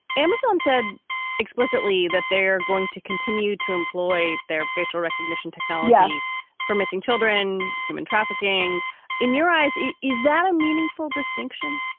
amazon said explicitly that they're going to continue to employ their facial recognition technology for missing children. human trafficking in your eyes. is that a meaningful distinction?